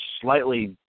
slightly